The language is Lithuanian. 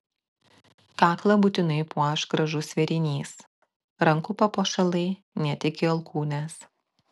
kaklą būtinai puoš gražus vėrinys rankų papuošalai net iki alkūnės